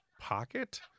pocket